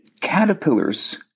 caterpillars